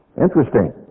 Interesting